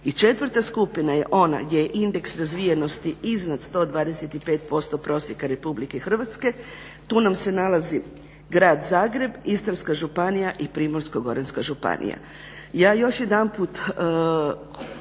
I četvrta skupina je ona gdje je indeks razvijenosti iznad 125% prosjeka RH. Tu nam se nalazi grad Zagreb, Istarska županija i Primorsko-goranska županija.